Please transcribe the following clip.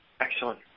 Excellent